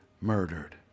murdered